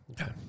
Okay